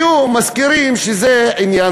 היו מזכירים שזה עניין,